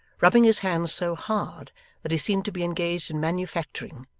rubbing his hands so hard that he seemed to be engaged in manufacturing,